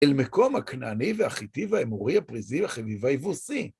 אל מקום הכנעני והחיטי והאמורי הפריזי וחביבה יבוסי.